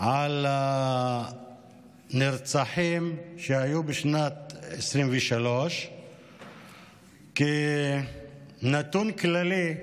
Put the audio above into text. על הנרצחים שהיו בשנת 2023. כנתון כללי,